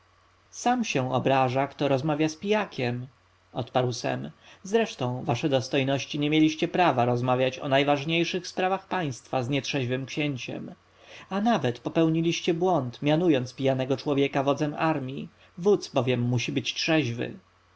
sam się obraża kto rozmawia z pijakiem odparł sem zresztą wasze dostojności nie mieliście prawa rozmawiać o najważniejszych sprawach państwa z nietrzeźwym księciem a nawet popełniliście błąd mianując pijanego człowieka wodzem armji wódz bowiem musi być trzeźwy